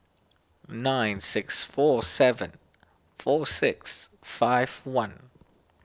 nine six four seven four six five one